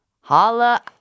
Holla